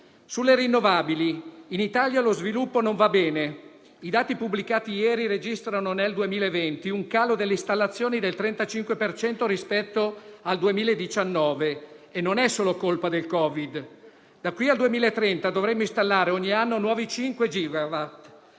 Sulle rinnovabili, in Italia lo sviluppo non va bene. I dati pubblicati ieri registrano, nel 2020, un calo delle installazioni del 35 per cento rispetto al 2019: e non è solo colpa del Covid-19. Da qui al 2030 dovremmo installare ogni anno nuovi 5 gigawatt.